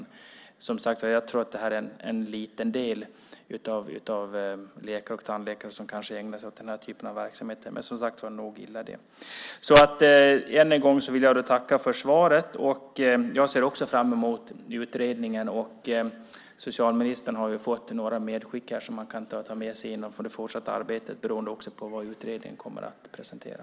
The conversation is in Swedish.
Jag tror att det är en liten del av läkare och tandläkare som ägnar sig åt den här typen av verksamhet. Men det är som sagt nog illa det. Än en gång vill jag tacka för svaret. Jag ser också fram emot utredningen. Socialministern har ju fått några medskick som han kan ta med sig i det fortsatta arbetet beroende också på vad utredningen kommer att presentera.